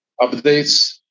updates